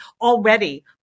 already